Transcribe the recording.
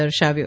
દર્શાવ્યો